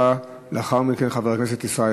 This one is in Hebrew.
חבר הכנסת יואל